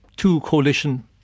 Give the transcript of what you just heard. two-coalition